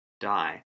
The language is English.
die